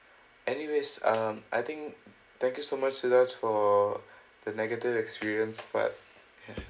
anyways um I think thank you so much to that for the negative experience part ya